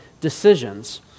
decisions